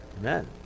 Amen